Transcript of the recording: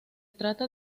trata